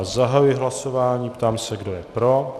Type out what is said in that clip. Zahajuji hlasování a ptám se, kdo je pro.